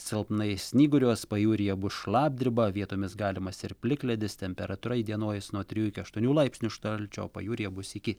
silpnai snyguriuos pajūryje bus šlapdriba vietomis galimas ir plikledis temperatūra įdienojus nuo trijų iki aštuonių laipsnių šalčio o pajūryje bus iki